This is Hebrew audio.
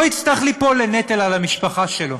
הוא לא יצטרך ליפול לנטל על המשפחה שלו.